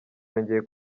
yongeye